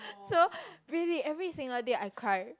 so really every single day I cried